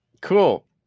Cool